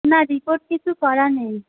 না রিপোর্ট কিছু করা নেই